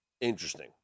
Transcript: interesting